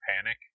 panic